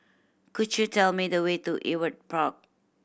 could you tell me the way to Ewart Park